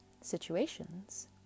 situations